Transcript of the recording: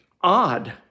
odd